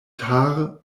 tard